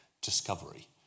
discovery